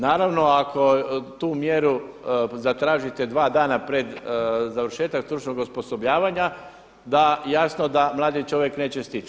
Naravno ako tu mjeru zatražite dva dana pred završetak stručnog osposobljavanja da, jasno da mladi čovjek neće stići.